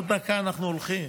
עוד דקה אנחנו הולכים.